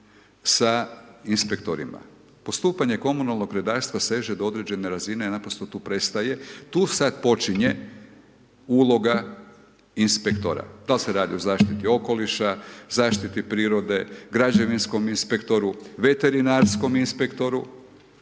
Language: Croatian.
sa inspektorima. Postupanje komunalnog redarstva seže do određene razine i naprosto tu prestaje, tu sad počinje uloga inspektora, da li se radi o zaštiti okoliša, zaštiti prirode, građevinskom inspektoru, veterinarskom inspektoru.